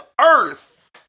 earth